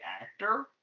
actor